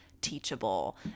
teachable